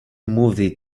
movie